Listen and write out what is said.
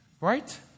Right